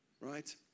right